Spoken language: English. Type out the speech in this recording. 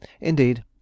indeed